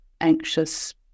anxious